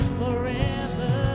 forever